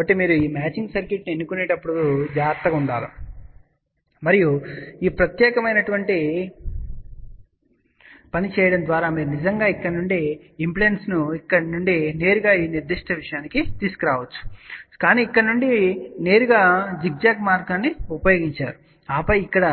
కాబట్టి మీరు ఈ మ్యాచింగ్ సర్క్యూట్ను ఎన్నుకునేటప్పుడు జాగ్రత్తగా ఉండాలి మరియు ఈ ప్రత్యేకమైన పనిని చేయడం ద్వారా మీరు నిజంగా ఇక్కడ నుండి ఇంపిడెన్స్ను ఇక్కడ నుండి నేరుగా ఈనిర్దిష్ట విషయానికి తీసుకువచ్చారు కానీ ఇక్కడ నుండి నేరుగా జిగ్జాగ్ మార్గాన్ని ఉపయోగించారు ఆపై ఇక్కడ